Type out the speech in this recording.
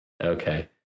okay